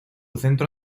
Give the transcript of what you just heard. centro